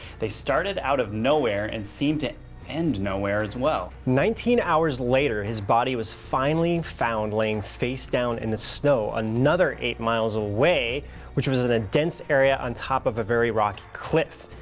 they started out of nowhere and seem to end nowhere as well. nineteen hours later, his body was finally found lying face down in the snow another eight miles away which was in a dense area on top of a very rocky cliff.